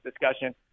discussion